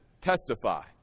testify